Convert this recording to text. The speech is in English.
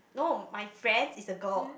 no my friend is a girl